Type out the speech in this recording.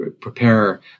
prepare